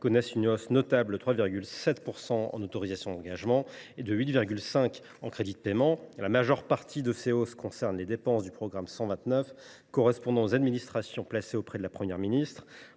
connaissent une hausse notable, de 3,7 % en autorisations d’engagement et de 8,5 % en crédits de paiement. La majeure partie de ces hausses concernent les dépenses du programme 129, correspondant aux administrations placées auprès de la Première ministre,